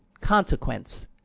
consequence